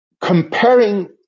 comparing